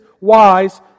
wise